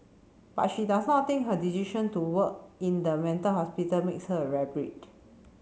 but she does not think her decision to work in the mental hospital makes her a rare breed